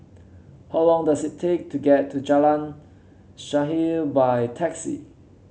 how long does it take to get to Jalan Shaer by taxi